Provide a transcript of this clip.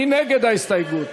מי נגד ההסתייגות?